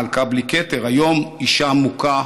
מלכה בלי כתר / היום אישה מוכה,